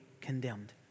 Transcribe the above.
condemned